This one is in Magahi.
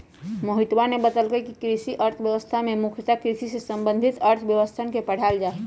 मोहितवा ने बतल कई कि कृषि अर्थशास्त्र में मुख्यतः कृषि से संबंधित अर्थशास्त्रवन के पढ़ावल जाहई